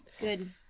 Good